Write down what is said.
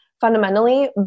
fundamentally